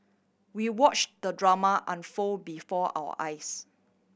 we watch the drama unfold before our eyes